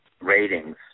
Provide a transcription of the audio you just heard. ratings